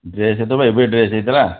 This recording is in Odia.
ଡ୍ରେସ୍ ତୋର ବା ଏବେ ଡ୍ରେସ୍ ହୋଇଥିଲା